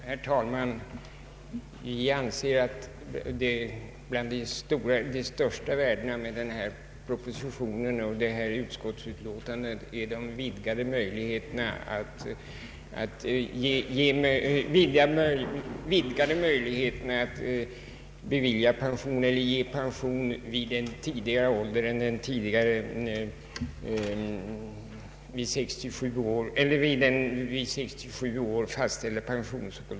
Herr talman! Vi anser att ett av de största värdena med denna proposition och detta utskottsutlåtande är de vidgade möjligheterna att ge pension vid en lägre ålder än den tidigare fastställda, 67 år.